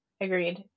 Agreed